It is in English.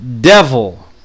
devil